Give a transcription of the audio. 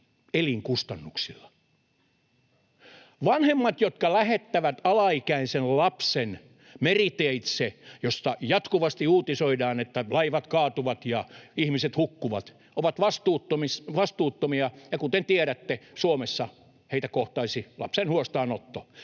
elinkustannuksilla. Vanhemmat, jotka lähettävät alaikäisen lapsen meriteitse, mistä jatkuvasti uutisoidaan, että laivat kaatuvat ja ihmiset hukkuvat, ovat vastuuttomia, ja kuten tiedätte, Suomessa heitä kohtaisi lapsen huostaanotto.